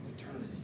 eternity